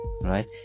right